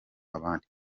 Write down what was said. abandi